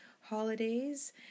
holidays